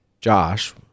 Josh